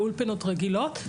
לאולפנות רגילות,